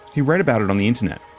he read about it on the internet.